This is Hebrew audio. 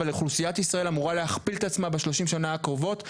אבל אוכלוסיית ישראל אמורה להכפיל את עצמה ב-30 שנה הקרובות,